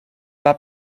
pas